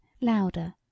louder